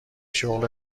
شغل